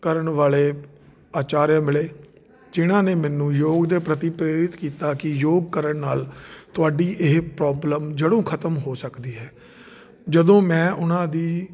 ਕਰਨ ਵਾਲੇ ਅਚਾਰਿਆ ਮਿਲੇ ਜਿਨ੍ਹਾਂ ਨੇ ਮੈਨੂੰ ਯੋਗ ਦੇ ਪ੍ਰਤੀ ਪ੍ਰੇਰਿਤ ਕੀਤਾ ਕਿ ਜੋਗ ਕਰਨ ਨਾਲ ਤੁਹਾਡੀ ਇਹ ਪ੍ਰੋਬਲਮ ਜੜੋਂ ਖਤਮ ਹੋ ਸਕਦੀ ਹੈ ਜਦੋਂ ਮੈਂ ਉਹਨਾਂ ਦੀ